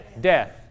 Death